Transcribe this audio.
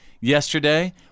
yesterday